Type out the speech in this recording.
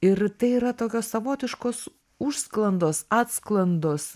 ir tai yra tokios savotiškos užsklandos atsklandos